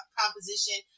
composition